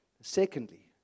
Secondly